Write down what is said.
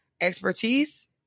expertise